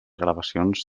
gravacions